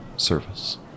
service